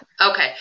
Okay